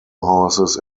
horses